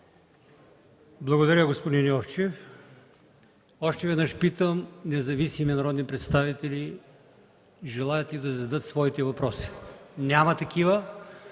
Благодаря, господин Йовчев. Още веднъж питам: независими народни представители желаят ли да зададат свои въпроси? Няма такива.